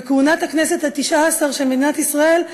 בכהונת הכנסת התשע-עשרה של מדינת ישראל,